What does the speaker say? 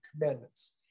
commandments